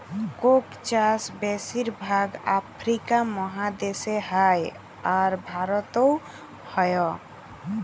Coke চাষ বেশির ভাগ আফ্রিকা মহাদেশে হ্যয়, আর ভারতেও হ্য়য়